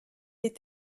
est